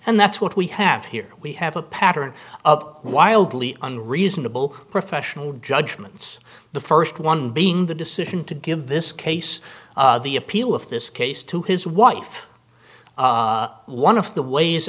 that's what we have here we have a pattern of wildly unreasonable professional judgments the first one being the decision to give this case the appeal of this case to his wife one of the ways